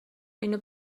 اینو